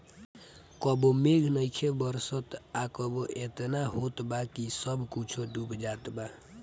कबो मेघ नइखे बरसत आ कबो एतना होत बा कि सब कुछो डूब जात बा